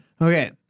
Okay